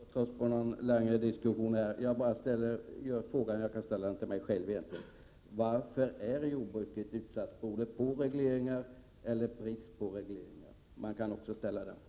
Fru talman! Vi skall väl inte inlåta oss i någon längre diskussion här. Jag vill bara ställa en fråga, som jag egentligen skulle kunna ställa till mig själv: Varför är jordbruket utsatt, beror det på regleringar eller på brist på regleringar?